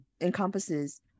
encompasses